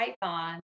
Python